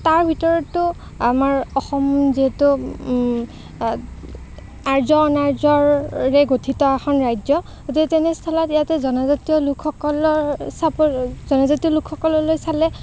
তাৰ ভিতৰতো আমাৰ অসম যিহেতু আৰ্য অনাৰ্যৰে গঠিত এখন ৰাজ্য তাতে তেনেস্থলত ইয়াতে জনজাতীয় লোকসকলৰ চাব জনজাতীয় লোকসকললৈ চালে